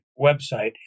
website